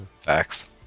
Facts